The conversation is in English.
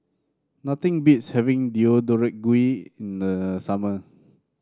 nothing beats having Deodeok Gui in the summer